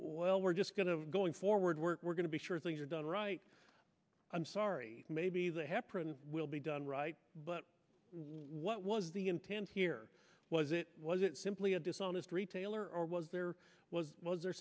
well we're just going to going forward work we're going to be sure things are done right i'm sorry maybe they will be done right but what was the intent here was it wasn't simply a dishonest retailer or was there was was there